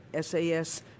SAS